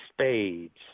spades